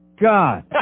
God